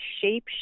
shape